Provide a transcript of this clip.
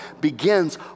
begins